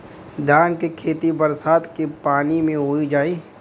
धान के खेती बरसात के पानी से हो जाई?